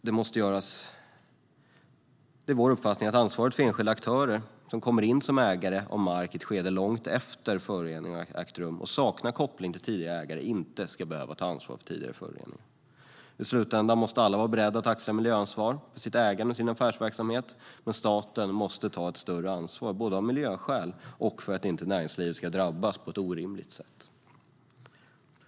Det är vår uppfattning att enskilda aktörer, som kommer in som ägare av mark i ett skede långt efter att föroreningen har ägt rum och som saknar koppling till tidigare ägare, inte ska behöva ta ansvar för denna förorening. I slutändan måste alla vara beredda att axla miljöansvar för sitt ägande och för sin affärsverksamhet. Men staten måste ta ett större ansvar, både av miljöskäl och för att inte näringslivet ska drabbas på ett orimligt sätt.